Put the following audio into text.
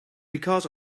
because